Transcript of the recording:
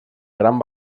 gran